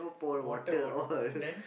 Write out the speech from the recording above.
water wat~ then